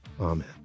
Amen